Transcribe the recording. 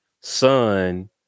son